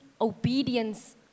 obedience